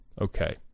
Okay